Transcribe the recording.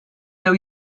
bdew